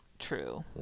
true